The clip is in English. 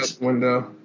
Window